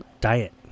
diet